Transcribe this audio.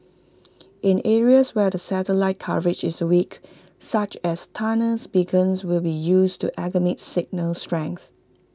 in areas where the satellite coverage is weak such as tunnels beacons will be used to augment signal strength